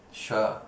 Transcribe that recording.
sure